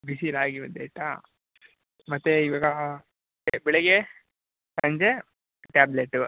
ಬಿಸಿ ರಾಗಿ ಮುದ್ದೆ ಆಯಿತಾ ಮತ್ತು ಇವಾಗ ಬೆಳಿಗ್ಗೆ ಸಂಜೆ ಟ್ಯಾಬ್ಲೆಟು